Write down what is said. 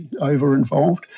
over-involved